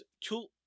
Tool